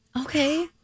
okay